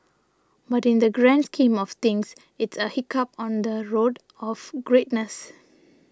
but in the grand scheme of things it's a hiccup on the road of greatness